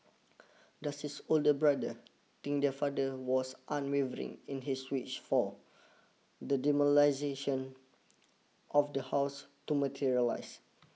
does his older brother think their father was unwavering in his wish for the demolition of the house to materialise